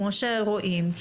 כמו שרואים,